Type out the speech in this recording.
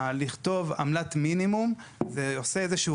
לכתוב עמלת מינימום זה עושה איזה שהוא